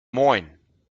moin